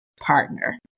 partner